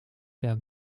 wer